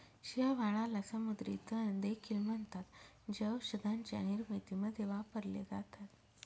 शेवाळाला समुद्री तण देखील म्हणतात, जे औषधांच्या निर्मितीमध्ये वापरले जातात